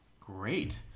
great